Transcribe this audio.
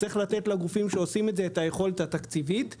צריך לתת לגופים שעושים את זה את היכולת התקציבית לפעול.